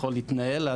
יכול להתנהל,